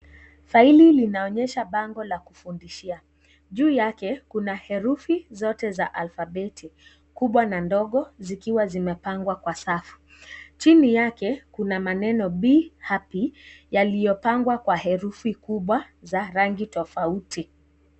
Faili linaonyesha pango la kufundishia. Juu yake kuna herufu zote za alfabeti, kubwa na ndogo zikiwa zimepangwa kwa safu. Chini yake kuna maneno BE HAPPY yaliyopangwa kwa herufu kubwa za rangi tofauti.